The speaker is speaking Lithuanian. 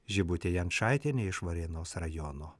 žibutė jančaitienė iš varėnos rajono